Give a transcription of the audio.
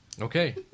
okay